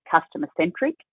customer-centric